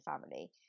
family